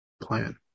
Plan